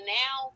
now